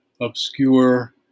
obscure